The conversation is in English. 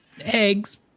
eggs